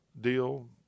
deal